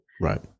Right